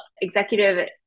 executive